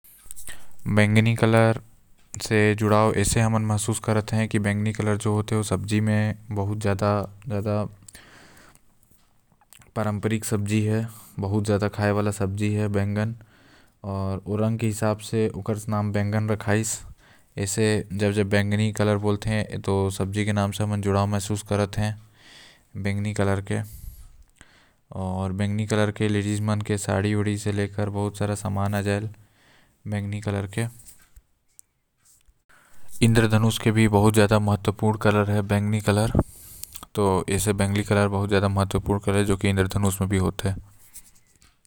बैंगनी रंग के सबसे ज्यादा महत्व आऊ जुड़ाव बताओ त ओ है सब्जी म जो खूब खाए जायल वाला सब्जी हे ओला बैंगन बोलते आऊ ओ बहुत प्रसिद्ध सब्जी हैव। आऊ बैंगनी रंग के बहुत सारा कैंडी भी आएल जेन ल लाइका मन बहुत पसंद करते।